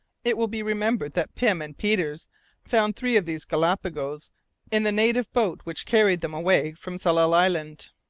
it will be remembered that pym and peters found three of these galapagos in the native boat which carried them away from tsalal island.